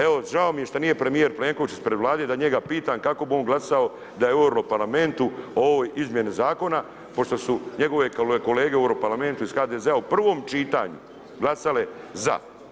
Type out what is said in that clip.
Evo žao mi je što nije premijer Plenković ispred Vlade da njega pitam kako bi on glasao da je u europarlamentu o ovoj izmjeni zakona pošto su njegove kolege u europarlamentu iz HDZ-a u prvom čitanju glasale za.